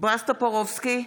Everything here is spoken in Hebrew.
בועז טופורובסקי,